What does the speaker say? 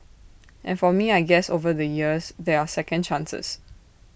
and for me I guess over the years there are second chances